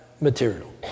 material